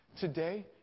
Today